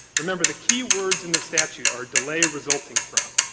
remember, the key words in the statute are delay resulting from,